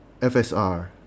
fsr